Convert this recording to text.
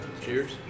Cheers